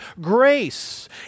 grace